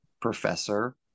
professor